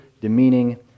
demeaning